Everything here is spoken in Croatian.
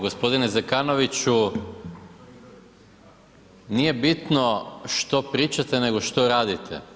Gospodine Zekanoviću nije bitno što pričate, nego što radite.